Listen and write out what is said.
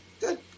Good